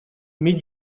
mig